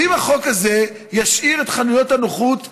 ואם החוק הזה ישאיר את חנויות הנוחות פתוחות,